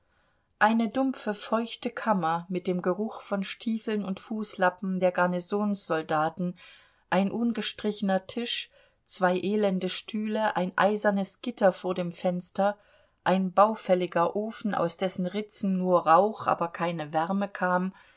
eine dumpfe feuchte kammer mit dem geruch von stiefeln und fußlappen der garnisonsoldaten ein ungestrichener tisch zwei elende stühle ein eisernes gitter vor dem fenster ein baufälliger ofen aus dessen ritzen nur rauch aber keine wärme kam